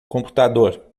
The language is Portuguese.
computador